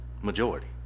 majority